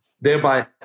Thereby